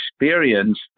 experience